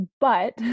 but-